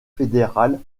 fédéral